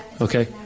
Okay